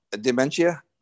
dementia